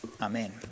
Amen